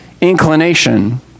inclination